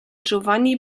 giovanni